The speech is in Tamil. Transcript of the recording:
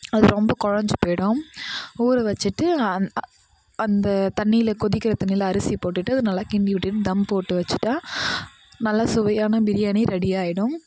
அது ரொம்ப குழஞ்சி போய்விடும் ஊற வச்சிவிட்டு அந்த அந்த தண்ணியில கொதிக்கிற தண்ணியில அரிசி போட்டுவிட்டு அது நல்லா கிண்டி விட்டுவிட்டு தம் போட்டு வச்சிவிட்டா நல்லா சுவையான பிரியாணி ரெடி ஆயிடும்